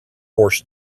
horse